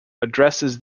addresses